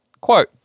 Quote